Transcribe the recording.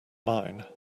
mine